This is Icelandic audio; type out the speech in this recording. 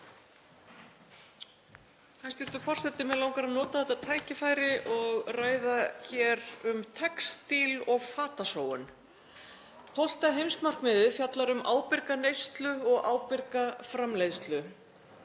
Hæstv. forseti. Mig langar að nota þetta tækifæri og ræða hér um textíl- og fatasóun. 12. heimsmarkmiðið fjallar um ábyrga neyslu og ábyrga framleiðslu.